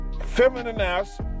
feminine-ass